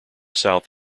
south